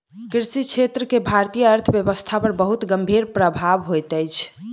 कृषि क्षेत्र के भारतीय अर्थव्यवस्था पर बहुत गंभीर प्रभाव होइत अछि